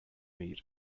meat